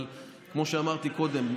אבל כמו שאמרתי קודם,